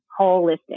holistic